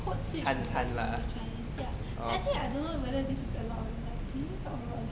code switch a bit into chinese ya actually I don't know whether this is allowed eh like can you talk about the